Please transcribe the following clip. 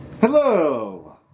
Hello